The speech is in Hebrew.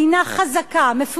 מדינה חזקה, מפותחת,